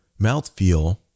mouthfeel